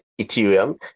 Ethereum